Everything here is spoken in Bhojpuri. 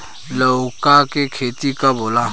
लौका के खेती कब होला?